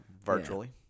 virtually